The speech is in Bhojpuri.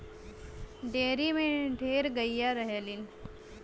डेयरी में ढेर गइया रहलीन